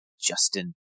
Justin